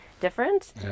different